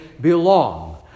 belong